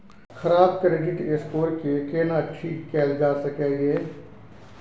खराब credit score के केना ठीक कैल जा सकै ये?